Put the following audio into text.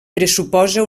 pressuposa